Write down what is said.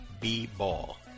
B-Ball